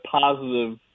positive